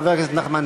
מירי,